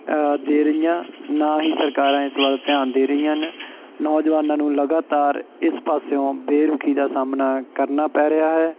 ਦੇ ਰਹੀਆਂ ਨਾ ਹੀ ਸਰਕਾਰਾਂ ਇਸ ਵੱਲ ਧਿਆਨ ਦੇ ਰਹੀਆਂ ਹਨ ਨੌਜਵਾਨਾਂ ਨੂੰ ਲਗਾਤਾਰ ਇਸ ਪਾਸਿਓ ਬੇਰੁਖੀ ਦਾ ਸਾਹਮਣਾ ਕਰਨਾ ਪੈ ਰਿਹਾ ਹੈ